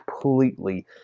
completely